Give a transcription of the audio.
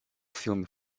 filme